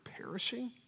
perishing